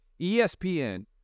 ESPN